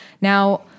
Now